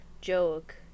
Joke